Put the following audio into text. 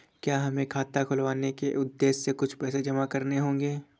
क्या हमें खाता खुलवाने के उद्देश्य से कुछ पैसे जमा करने होंगे?